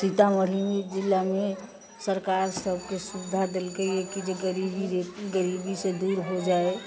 सीतामढ़ी जिलामे सरकार सभके सुविधा देलकैए कि जे गरीबी गरीबी से दूर हो जाय